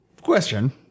question